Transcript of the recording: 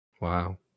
Wow